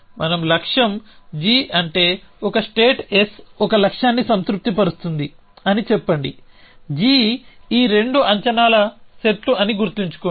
మనం లక్ష్యం g అంటే ఒక స్టేట్ S ఒక లక్ష్యాన్ని సంతృప్తిపరుస్తుంది అని చెప్పండి g ఈ రెండూ అంచనాల సెట్లు అని గుర్తుంచుకోండి